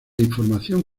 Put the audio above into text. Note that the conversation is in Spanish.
información